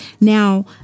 Now